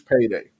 payday